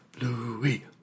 Louis